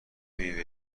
میوه